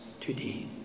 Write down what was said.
Today